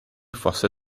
fosse